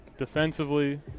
Defensively